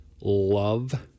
love